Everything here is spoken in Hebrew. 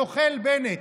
הנוכל בנט.